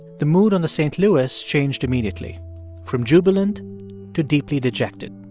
the mood on the st. louis changed immediately from jubilant to deeply dejected.